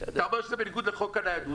אתה אומר שזה בניגוד לחוק הניידות